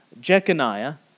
Jeconiah